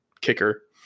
kicker